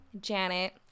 Janet